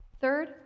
Third